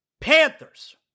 Panthers